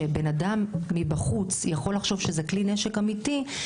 שבן אדם מבחוץ יכול לחשוב שזה כלי נשק אמיתי,